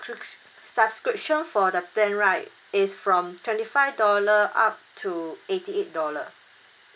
subscription for the plan right is from twenty five dollar up to eighty eight dollar